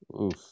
Oof